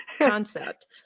concept